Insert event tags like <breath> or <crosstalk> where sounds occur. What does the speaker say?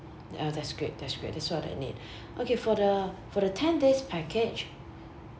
oh that's great that's great that's what I need <breath> okay for the for the ten days package